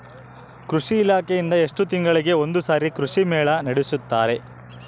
ಕೃಷಿ ಇಲಾಖೆಯಿಂದ ಎಷ್ಟು ತಿಂಗಳಿಗೆ ಒಂದುಸಾರಿ ಕೃಷಿ ಮೇಳ ನಡೆಸುತ್ತಾರೆ?